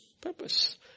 purpose